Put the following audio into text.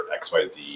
XYZ